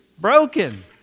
broken